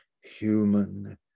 human